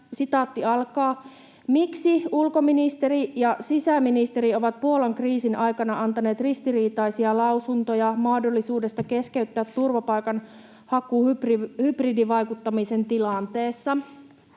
siitä, ”miksi ulkoministeri ja sisäministeri ovat Puolan kriisin aikana antaneet ristiriitaisia lausuntoja mahdollisuudesta keskeyttää turvapaikanhaku hybridivaikuttamisen tilanteessa”.